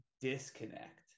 disconnect